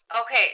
Okay